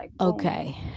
Okay